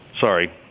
Sorry